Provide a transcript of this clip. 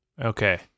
Okay